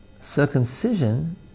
circumcision